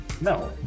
no